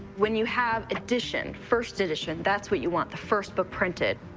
when you have edition, first edition, that's what you want the first book printed.